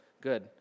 Good